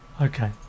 Okay